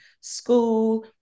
school